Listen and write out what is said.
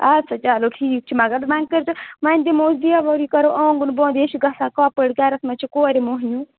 ادسا چلو ٹھیٖک چھُ مگر وۅنۍ کٔرۍ زیو وۄنۍ دِمو أسۍ دیبٲری کَرو آنٛگُن بۄن ییٚتہِ چھِ گژھان کۄپٲڑۍ گَرَس منٛز چھِ کورِ موہنیوٗ